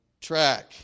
track